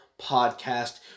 Podcast